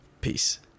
peace